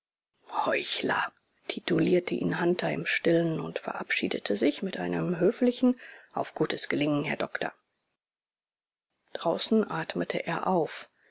heuchler titulierte ihn hunter im stillen und verabschiedete sich mit einem höflichen auf gutes gelingen herr doktor draußen atmete er auf